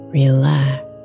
relax